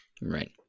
right